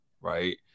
right